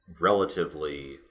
relatively